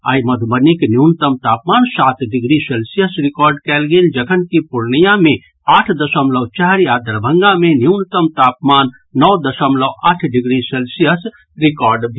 आइ मधुबनीक न्यूनतम तापमान सात डिग्री सेल्सियस रिकॉर्ड कयल गेल जखन कि पूर्णियां मे आठ दशमलव चारि आ दरभंगा मे न्यूनतम तापमान नओ दशमलव आठ डिग्री सेल्सियस रिकॉर्ड भेल